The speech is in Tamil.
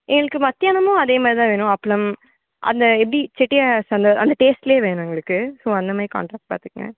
எங்களுக்கு மதியானமும் அதே மாதிரி தான் வேணும் அப்பளம் அந்த எப்படி செட்டிநாடு சம அந்த டேஸ்ட்லேயே வேணும் எங்களுக்கு ஸோ அந்த மாதிரி கான்சப்ட் பார்த்துக்குங்க